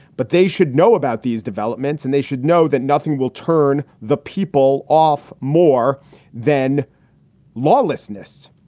but they should know about these developments and they should know that nothing will turn the people off more than lawlessness.